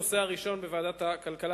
הנושא הראשון בוועדת הכלכלה,